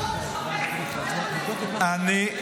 וחצי --- אני,